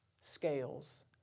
scales